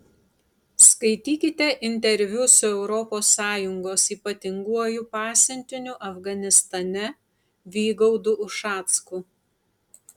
skaitykite interviu su europos sąjungos ypatinguoju pasiuntiniu afganistane vygaudu ušacku